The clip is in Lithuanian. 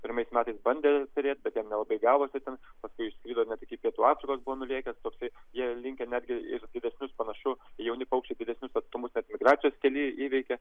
pirmais metais bandė perėti bet jam nelabai gavosi ten paskui išskrido net iki pietų afrikos buvo nulėkęs toksai jie linkę netgi ir didesnius panašu jauni paukščiai didesnius atstumus migracijos kelyje įveikia